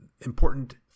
important